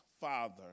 father